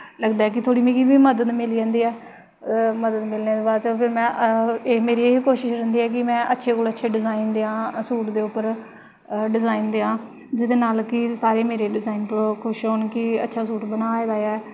लगदा ऐ कि मिगी इ'यां मदद मिली जंदी ऐ मदद मिलने दे बाद मेरी एह् कोशिश होंदी ऐ कि में अच्छे कोला अच्छे डिजाइन देआं सूट दे उप्पर डिजाइन देआं जेह्दे नै कि सारे मेरे डिजाइन पर खुश होन कि अच्छा सूट बनाए दा ऐ